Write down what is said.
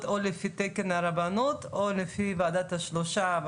או לפי תקן הרבנות או לפי ועדת השלושה,